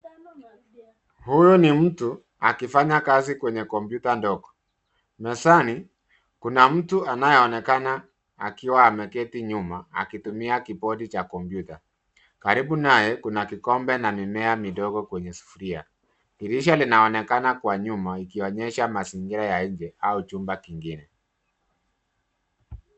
Huyu ni mtu akifanya kazi kwenye kompyuta ndogo, mezani kuna mtu anaye onekana akiwa ameketi nyuma akitumia kibodi cha kompyuta. Karibu naye kuna kikombe na mimea midogo kwenye sufuria. Drisha linaonekana kwa nyuma ikionyesha mazingira ya nje au chumba kingine.